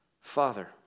Father